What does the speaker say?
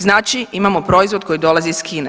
Znači imamo proizvod koji dolazi iz Kine.